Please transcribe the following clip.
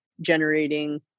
generating